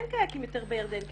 אין יותר קיאקים בירדן.